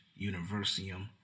Universium